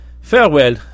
Farewell